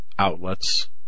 outlets